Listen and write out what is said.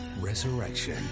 Resurrection